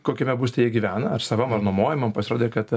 kokiame būste jie gyvena ar savam ar nuomojamam pasirodė kad